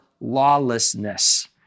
lawlessness